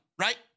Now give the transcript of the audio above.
right